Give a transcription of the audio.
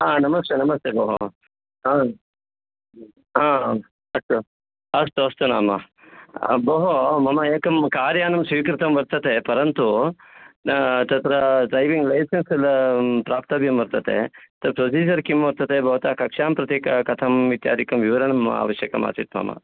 ह नमस्ते नमस्ते भोः आम् आम् अस्तु अस्तु अस्तु नाम भोः मम एकं कार्यानं स्वीकृतं वर्तते परन्तु तत्र ड्रैविङ्ग् लैसेन्स् प्राप्तव्यं वर्तते तत् प्रोसीज़र् किं वर्तते भवता कक्षां प्रति क कथम् इत्यादिकं विवरणम् आवश्यकमासीत् मम